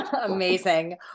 Amazing